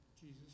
Jesus